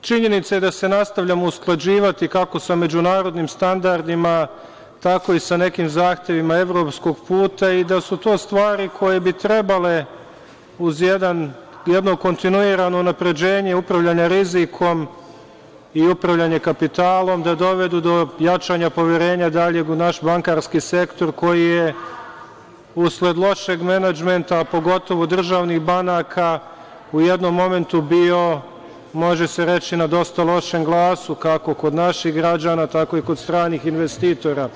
činjenica je da se nastavljamo usklađivati kako sa međunarodnim standardima, tako i sa nekim zahtevima evropskog puta i da su to stvari koje bi trebale uz jedno kontinuirano unapređenje upravljanje rizikom i upravljanje kapitalom, da dovedu do jačanja poverenja daljeg u naš bankarski sektor, koji je usled lošeg menadžmenta, pogotovo državnih banaka u jednom momentu bio, može se reći, na dosta lošem glasu, kako kod naših građana, tako i kod stranih investitora.